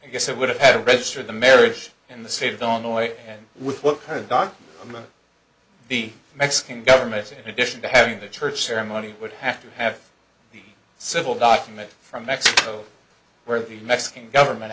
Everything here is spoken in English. i guess it would have had to register the marriage in the state of illinois and what kind of done among the mexican governments in addition to having the church ceremony would have to have a civil document from mexico where the mexican government